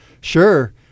Sure